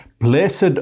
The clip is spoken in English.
Blessed